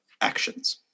actions